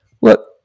Look